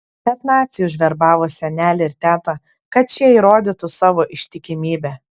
bet naciai užverbavo senelį ir tetą kad šie įrodytų savo ištikimybę